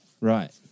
Right